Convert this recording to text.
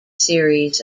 series